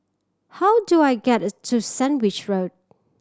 how do I get to Sandwich Road